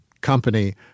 company